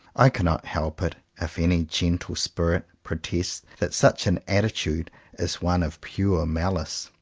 i cannot help it if any gentle spirit protests that such an attitude is one of pure malice.